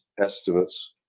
estimates